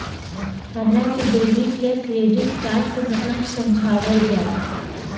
हमरा के डेबिट या क्रेडिट कार्ड के मतलब समझावल जाय?